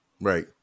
Right